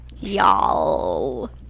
y'all